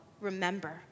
remember